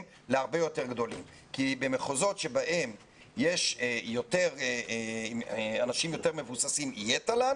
להרבה יותר גדולים כי במחוזות בהם יש אנשים יותר מבוססים יהיה תל"ן